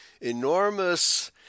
enormous